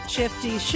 Shifty